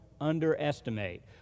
underestimate